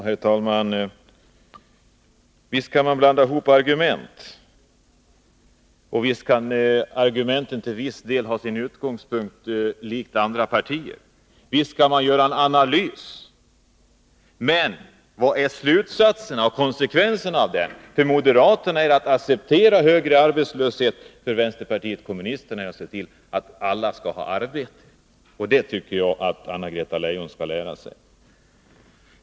Herr talman! Visst kan man blanda ihop argument, och visst kan argumenten till viss del ha sin utgångspunkt i andra partiers uppfattningar. Och visst kan man göra en analys — men vad är slutsatserna och konsekvenserna därav? För moderaterna är det att acceptera högre arbetslöshet, för vänsterpartiet kommunisterna är det att se till att alla har arbete. Det tycker jag att Anna-Greta Leijon skall lära sig.